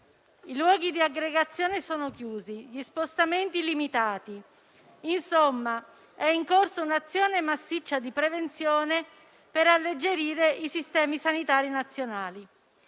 i luoghi di aggregazione sono chiusi, gli spostamenti limitati. Insomma, è in corso un'azione massiccia di prevenzione per alleggerire i sistemi sanitari nazionali.